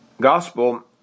gospel